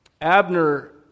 Abner